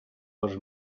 dos